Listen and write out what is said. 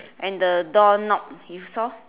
and the door knob you saw